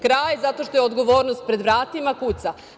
Kraj je zato što je odgovornost pred vratima, kuca.